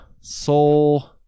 soul